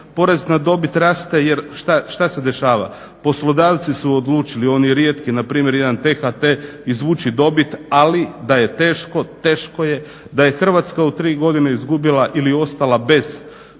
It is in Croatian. Porez na dobit raste, jer šta se dešava. Poslodavci su odlučili oni rijetki. Na primjer jedan THT izvući dobit, ali da je teško, teško je. Da je Hrvatska u tri godine izgubila ili ostala bez 150000